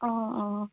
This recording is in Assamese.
অ' অ'